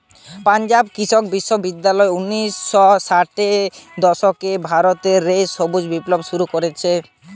পাঞ্জাব কৃষি বিশ্ববিদ্যালয় উনিশ শ ষাটের দশকে ভারত রে সবুজ বিপ্লব শুরু করে